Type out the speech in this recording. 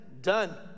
done